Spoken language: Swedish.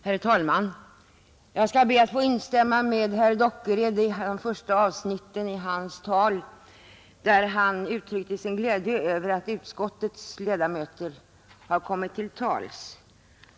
Herr talman! Jag ber att få instämma i vad herr Dockered sade i det första avsnittet av sitt tal, där han uttryckte sin glädje över att utskottets ledamöter har kommit till tals.